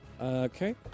Okay